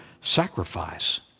sacrifice